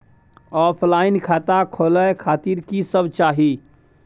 Offline खाता खोले खातिर की सब चाही?